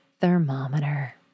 thermometer